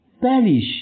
perish